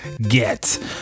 get